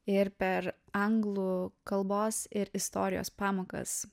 ir per anglų kalbos ir istorijos pamokas